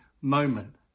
moment